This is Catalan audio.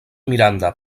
miranda